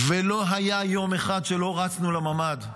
ולא היה יום אחד שלא רצנו לממ"ד.